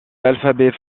l’alphabet